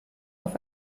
auf